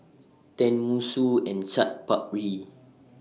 Tenmusu and Chaat Papri